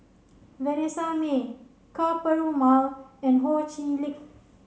Vanessa Mae Ka Perumal and Ho Chee Lick